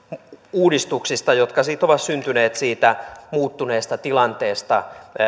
uudistuksista jotka siis ovat syntyneet muuttuneesta tilanteesta